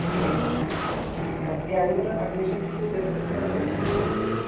ഈ ആ ഈ അഞ്ഞൂറ് അഡ്മിഷൻ ഫീസും ചേർത്തിട്ടാണോ അതോ